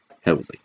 heavily